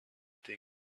things